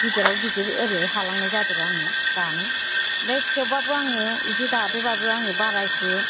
गिदिराव गिदिर ओरैहाय हालांनाय जादोंर' आङो दानो ओमफ्राय थेवबाबो आङो बिदि दादोंबाबो आं बारा एसे